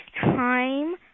time